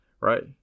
right